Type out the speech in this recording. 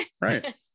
right